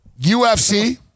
UFC